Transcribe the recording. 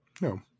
No